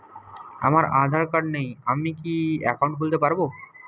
আমার আধার কার্ড নেই আমি কি একাউন্ট খুলতে পারব?